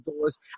doors